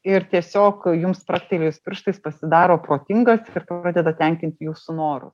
ir tiesiog jums spragtelėjus pirštais pasidaro protingas ir padeda tenkinti jūsų norų